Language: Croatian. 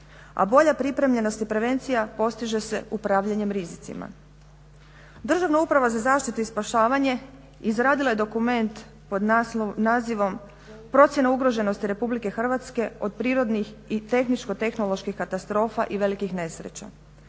a bolja pripremljenost i prevencija postiže se upravljanjem rizicima. Državna uprava za zaštitu i spašavanje izradila je dokument pod nazivom "Procjena ugroženosti Republike Hrvatske od prirodnih i tehničko-tehnoloških katastrofa i velikih nesreća"